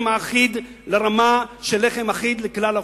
האחיד לרמה של לחם אחיד לכלל האוכלוסייה.